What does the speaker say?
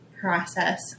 process